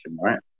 right